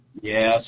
Yes